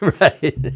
Right